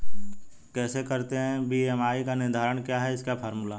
कैसे करते हैं बी.एम.आई का निर्धारण क्या है इसका फॉर्मूला?